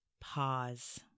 pause